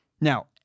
Now